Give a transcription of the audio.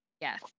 Yes